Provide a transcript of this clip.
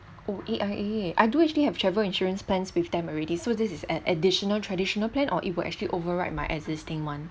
oh A_I_A I do actually have travel insurance plans with them already so this is a an additional traditional plan or it will actually override my existing one